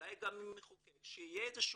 ואולי גם מהמחוקק שתהיה קריאה,